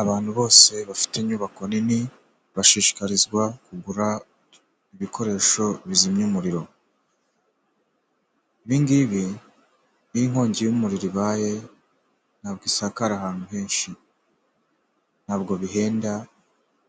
Abantu bose bafite inyubako nini bashishikarizwa kugura ibikoresho bizimya umuriro, ibi ngibi iyo inkongi y'umuriro ibaye ntabwo isakara ahantu henshi, ntabwo bihenda